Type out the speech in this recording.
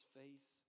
faith